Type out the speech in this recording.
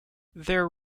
their